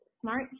Smart